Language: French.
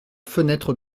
fenêtre